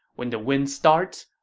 when the wind starts,